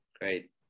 great